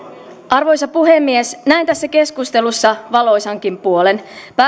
arvoisa puhemies näen tässä keskustelussa valoisankin puolen